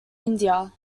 india